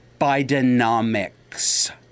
Bidenomics